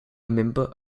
member